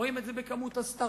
רואים את זה בכמות הסטארט-אפים,